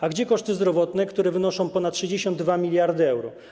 A gdzie koszty zdrowotne, które wynoszą ponad 62 mld euro?